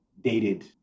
dated